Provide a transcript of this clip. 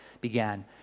began